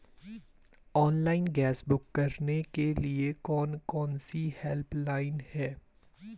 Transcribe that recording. Online gas book करने के लिए कौन कौनसी हेल्पलाइन हैं?